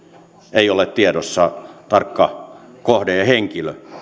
ei ole tiedossa tarkka kohde ja henkilö